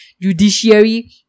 judiciary